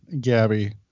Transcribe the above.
Gabby